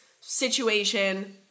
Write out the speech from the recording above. situation